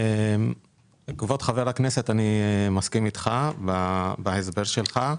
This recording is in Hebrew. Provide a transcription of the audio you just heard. כבוד חבר הכנסת, אני מסכים איתך בהסבר שלך.